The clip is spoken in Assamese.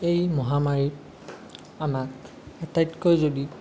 এই মহামাৰীত আমাক আটাইতকৈ যদি